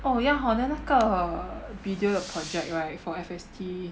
oh ya hor then 那个 video the project right for F_S_T